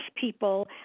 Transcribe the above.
people